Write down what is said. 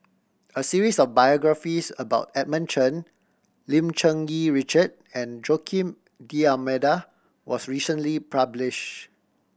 a series of biographies about Edmund Chen Lim Cherng Yih Richard and Joaquim D'Almeida was recently published